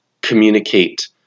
communicate